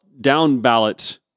down-ballot